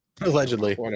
allegedly